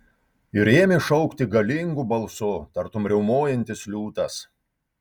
ir ėmė šaukti galingu balsu tartum riaumojantis liūtas